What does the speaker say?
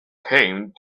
came